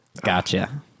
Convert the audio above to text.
Gotcha